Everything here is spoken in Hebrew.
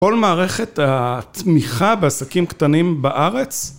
כל מערכת התמיכה בעסקים קטנים בארץ